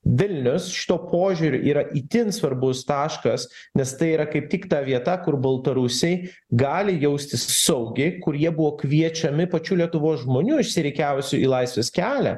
vilnius šituo požiūriu yra itin svarbus taškas nes tai yra kaip tik ta vieta kur baltarusiai gali jaustis saugiai kur jie buvo kviečiami pačių lietuvos žmonių išsirikiavusių į laisvės kelią